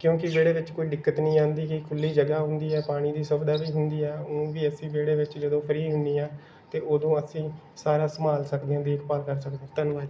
ਕਿਉਂਕਿ ਵਿਹੜੇ ਵਿੱਚ ਕੋਈ ਦਿੱਕਤ ਨਹੀਂ ਆਉਂਦੀ ਗੀ ਖੁੱਲ੍ਹੀ ਜਗ੍ਹਾ ਹੁੰਦੀ ਹੈ ਪਾਣੀ ਦੀ ਸੁਵਿਧਾ ਵੀ ਹੁੰਦੀ ਹੈ ਉਂ ਵੀ ਅਸੀਂ ਵਿਹੜੇ ਵਿੱਚ ਜਦੋਂ ਫ੍ਰੀ ਹੁੰਦੇ ਹਾਂ ਤਾਂ ਉਦੋਂ ਅਸੀਂ ਸਾਰਾ ਸੰਭਾਲ ਸਕਦੇ ਹਾਂ ਦੇਖਭਾਲ ਕਰ ਸਕਦੇ ਹਾਂ ਧੰਨਵਾਦ ਜੀ